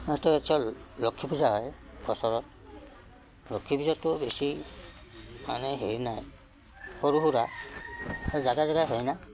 এইটো অঞ্চলত লক্ষী পূজা হয় বছৰত লক্ষী পূজাটো বেছি মানে হেৰি নাই সৰু সুৰা জেগাই জেগাই হয় না